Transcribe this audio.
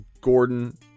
Gordon